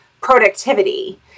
productivity